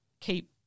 keep